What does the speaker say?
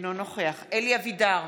אינו נוכח אלי אבידר,